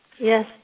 Yes